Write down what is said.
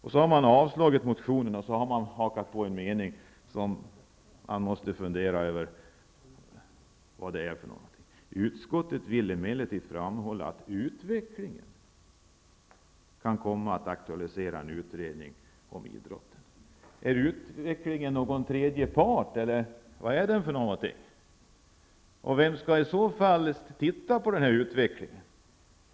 Utskottet avstyrker motionen och har hakat på en mening i skrivningen som man måste fundera över. Där står: ''Utskottet vill emellertid framhålla att utvecklingen kan komma att aktualisera en utredning om idrotten.'' Är utvecklingen någon tredje part, eller vad är den för någonting? Vem skall i så fall se på utvecklingen?